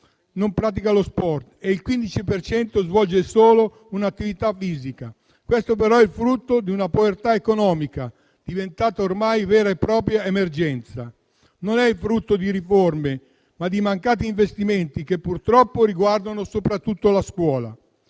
non pratica sport e il 15 per cento svolge solo un'attività fisica. Questo però è il frutto di una povertà economica diventata ormai vera e propria emergenza; non è il frutto di riforme, ma di mancati investimenti, che purtroppo riguardano soprattutto la scuola.